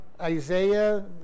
Isaiah